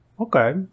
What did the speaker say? Okay